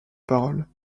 parole